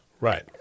right